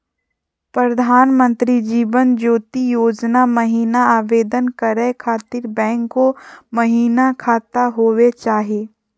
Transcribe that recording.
प्रधानमंत्री जीवन ज्योति योजना महिना आवेदन करै खातिर बैंको महिना खाता होवे चाही?